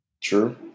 True